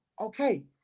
okay